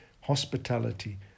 hospitality